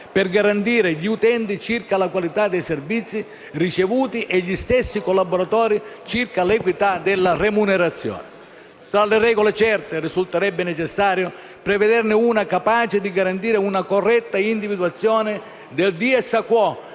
per garantire gli utenti circa la qualità dei servizi ricevuti e gli stessi collaboratori circa l'equità della remunerazione. Tra le regole certe, risulterebbe necessario prevederne una capace di garantire una corretta individuazione del *dies a quo*